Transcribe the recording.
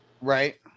Right